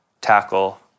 tackle